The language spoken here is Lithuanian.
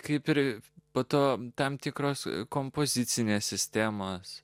kaip ir po to tam tikros kompozicinės sistemos